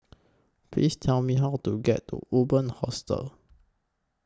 Please Tell Me How to get to Urban Hostel